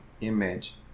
image